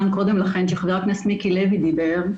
אני שמעתי את המענה ששאול נתן קודם לכן כשחבר הכנסת מיקי לוי דיבר.